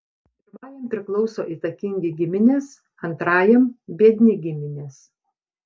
pirmajam priklauso įtakingi giminės antrajam biedni giminės